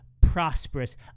prosperous